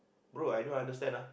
bro I don't understand ah